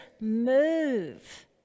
move